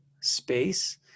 space